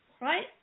right